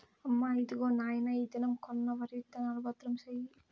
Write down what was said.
అమ్మా, ఇదిగో నాయన ఈ దినం కొన్న వరి విత్తనాలు, భద్రం సేయి